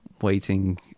waiting